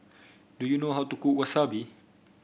do you know how to cook Wasabi